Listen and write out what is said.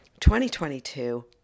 2022